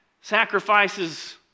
sacrifices